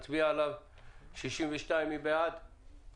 הצבעה